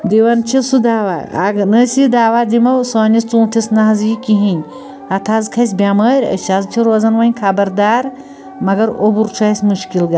دِوان چھِس سُہ دوا اَگر نہٕ أسۍ یہِ دوا دِمو سٲنِس ژوٗنٛٹھِس نَہ حظ یہِ کِہینۍ اَتھ حظ کھسہِ بیٚمٲرۍ أسۍ حظ چھِ روزان وۄنۍ خبردار مگر اوٚبُر چھُ اسہِ مشکل